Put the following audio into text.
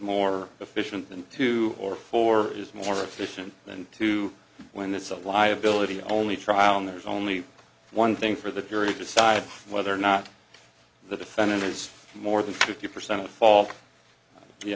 more efficient than two or four is more efficient than two when this is a liability only trial and there's only one thing for the jury to decide whether or not the defendant is more than fifty percent of fault the